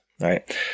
right